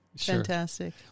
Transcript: fantastic